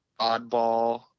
oddball